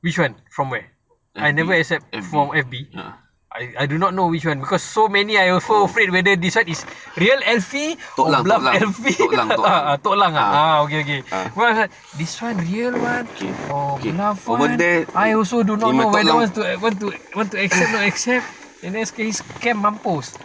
which one from where I never accept for F_B I do not know which one because so many I so afraid this one whether is real alfi or bluff alfi toklang ah oh okay okay this one real [one] or bluff [one] I also do not know whether want to want to accept or not accept and then scam mampus